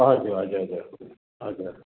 हजुर हजुर हजुर हजुर